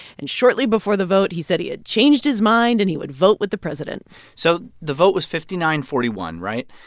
and shortly before the vote, he said he had changed his mind, and he would vote with the president so the vote was fifty nine forty one, right?